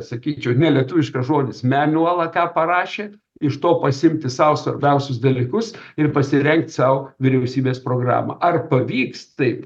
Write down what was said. sakyčiau nelietuviškas žodis menjualą ką parašė iš to pasiimti sau svarbiausius dalykus ir pasirengt sau vyriausybės programą ar pavyks taip